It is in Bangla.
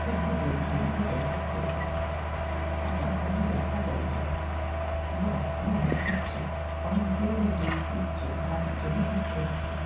এমনিতেই ভালো হয়ে যায় থাকিয়ে থাকতে আর তখনই দেখা যায় যে বক মাছ ধরছে পানকৌড়ি ডুব দিচ্ছে ভাসছে মাছ ধরছে